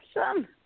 Awesome